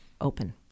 open